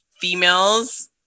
females